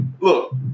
look